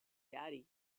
daddy